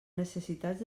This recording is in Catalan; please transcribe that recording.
necessitats